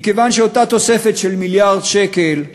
מכיוון שאותה תוספת של 6 מיליארד שקל,